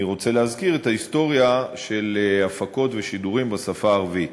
אני רוצה להזכיר את ההיסטוריה של הפקות ושידורים בשפה הערבית.